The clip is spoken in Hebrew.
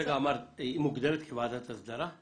היא מוגדרת כוועדת הסדרה?